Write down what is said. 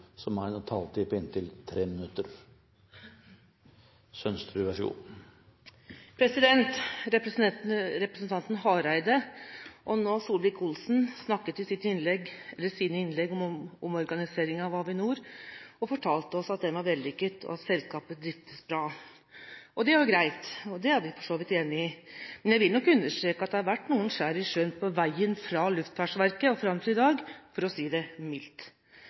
så langt er hun dessverre en brems. Representanten Hareide, og nå Solvik-Olsen, snakket i sine innlegg om organiseringen av Avinor og fortalte oss at den var vellykket og at selskapet driftes bra. Det er jo greit, og det er vi for så vidt enig i, men jeg vil nok understreke at det har vært noen skjær i sjøen på veien fra Luftfartsverket og fram til i dag, for å si det mildt,